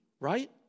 right